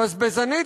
בזבזנית,